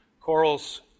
corals